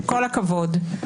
כל הכבוד.